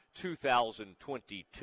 2022